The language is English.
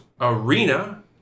Arena